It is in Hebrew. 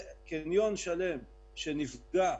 קניון שלם שנפגע,